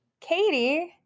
Katie